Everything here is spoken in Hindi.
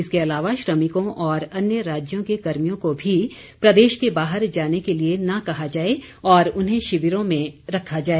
इसके अलावा श्रमिकों और अन्य राज्यों के कर्मियों को भी प्रदेश के बाहर जाने के लिए न कहा जाए और उन्हें शिविरों में रखा जाए